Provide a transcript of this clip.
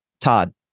Todd